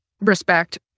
respect